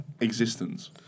existence